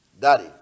Daddy